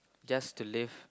just to live